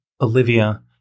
Olivia